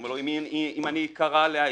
הוא אומר לו: אם אני אקרא להעיד,